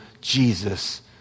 Jesus